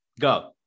Go